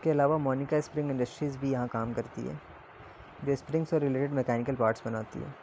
اس کے علاوہ Monika spring industries بھی یہاں کام کرتی ہے جو اسپرنگ سے ریلیٹیڈ میکینیکل پارٹس بناتی ہے